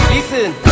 Listen